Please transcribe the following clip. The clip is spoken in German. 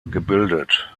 gebildet